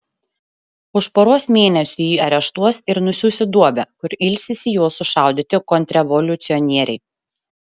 už poros mėnesių jį areštuos ir nusiųs į duobę kur ilsisi jo sušaudyti kontrrevoliucionieriai